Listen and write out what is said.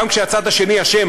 גם כשהצד השני אשם.